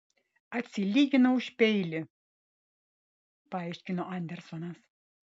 atsilyginau už peilį paaiškino andersonas